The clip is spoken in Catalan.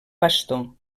pastor